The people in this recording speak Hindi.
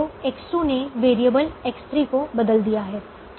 तो X2 ने वैरिएबल X3 को बदल दिया है